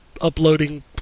uploading